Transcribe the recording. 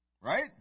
Right